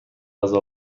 غذا